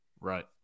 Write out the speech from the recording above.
Right